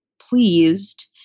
pleased